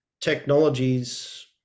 technologies